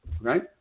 right